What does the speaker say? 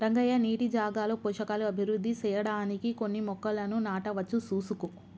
రంగయ్య నీటి జాగాలో పోషకాలు అభివృద్ధి సెయ్యడానికి కొన్ని మొక్కలను నాటవచ్చు సూసుకో